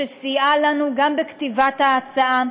שסייעה לנו גם בכתיבת ההצעה,